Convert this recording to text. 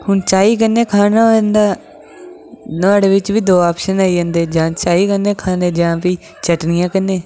हून चाही कन्नै खाना होऐ ते नुआढ़े बिच बी दो आप्शन आई जंदे जां चाही कन्नै जां कोई चटनी कन्नै